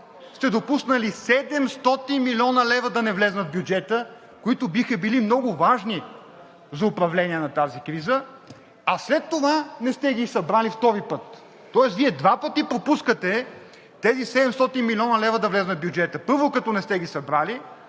сте допуснали 700 млн. лв. да не влязат в бюджета, които биха били много важни за управление на тази криза, а след това не сте ги и събрали втори път. Тоест, Вие два пъти пропускате тези 700 млн. лв. да влязат в бюджета. Първо, като не сте ги събрали,